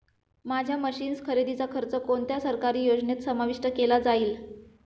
माझ्या मशीन्स खरेदीचा खर्च कोणत्या सरकारी योजनेत समाविष्ट केला जाईल?